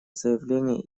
заявление